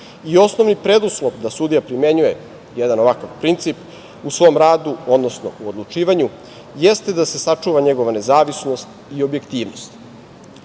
I osnovni preduslov da sudija primenjuje jedan ovakav princip u svom radu, odnosno odlučivanju jeste da se sačuva njegova nezavisnost i objektivnost. Sa